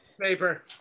Paper